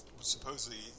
supposedly